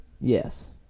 Yes